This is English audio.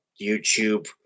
youtube